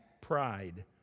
pride